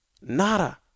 Nada